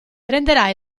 prenderà